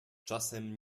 czasem